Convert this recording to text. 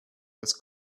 was